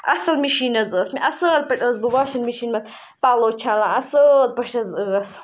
اَصٕل مِشیٖن حظ ٲس مےٚ اَصٕل پٲٹھۍ ٲسٕس بہٕ واشنٛگ مِشیٖن منٛز پَلو چھَلان اَصٕل پٲٹھۍ حظ ٲس